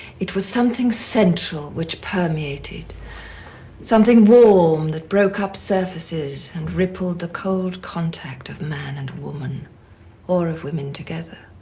it was something central which permeated something warm that broke up surfaces and rippled the cold contact of man and woman or of women together.